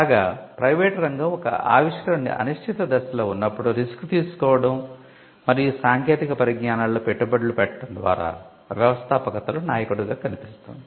కాగా ప్రైవేటు రంగం ఒక ఆవిష్కరణ అనిశ్చిత దశలో ఉన్నప్పుడు రిస్క్ తీసుకోవటం మరియు సాంకేతిక పరిజ్ఞానాలలో పెట్టుబడులు పెట్టడo ద్వారా వ్యవస్థాపకతలో నాయకుడిగా కనిపిస్తుంది